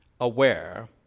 aware